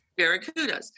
Barracudas